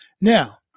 Now